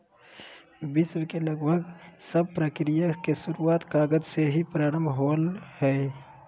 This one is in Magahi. विश्व के लगभग सब प्रक्रिया के शुरूआत कागज से ही प्रारम्भ होलय हल